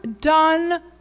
done